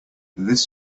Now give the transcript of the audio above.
this